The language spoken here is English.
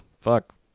fuck